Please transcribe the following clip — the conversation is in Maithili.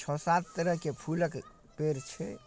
छओ सात तरहके फूलके पेड़ छै